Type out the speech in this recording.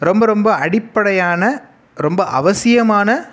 ரொம்ப ரொம்ப அடிப்படையான ரொம்ப அவசியமான